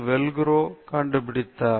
Velcro இவ்வாறு வந்தது